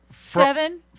seven